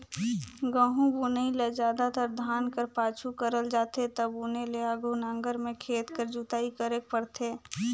गहूँ बुनई ल जादातर धान कर पाछू करल जाथे ता बुने ले आघु नांगर में खेत कर जोताई करेक परथे